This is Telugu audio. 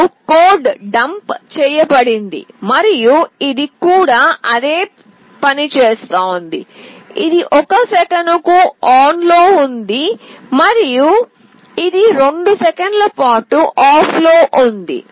ఇప్పుడు కోడ్ డంప్ చేయబడింది మరియు ఇది కూడా అదే పని చేస్తోంది ఇది 1 సెకనుకు ఆన్లో ఉంది మరియు ఇది 2 సెకన్ల పాటు ఆఫ్లో ఉంది